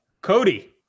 Cody